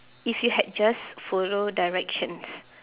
if you had just follow directions